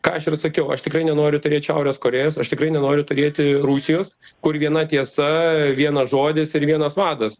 ką aš ir sakiau aš tikrai nenoriu turėt šiaurės korėjos aš tikrai nenoriu turėti rusijos kur viena tiesa vienas žodis ir vienas vadas